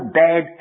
bad